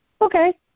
Okay